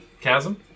Chasm